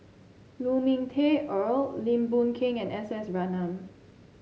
Lu Ming Teh Earl Lim Boon Keng and S S Ratnam